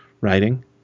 writing